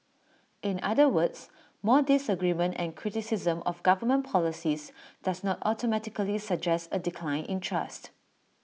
in other words more disagreement and criticism of government policies does not automatically suggest A decline in trust